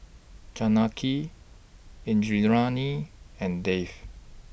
Janaki Indranee and Dev